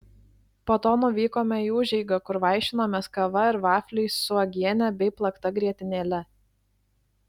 po to nuvykome į užeigą kur vaišinomės kava ir vafliais su uogiene bei plakta grietinėle